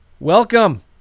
Welcome